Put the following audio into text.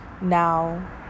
Now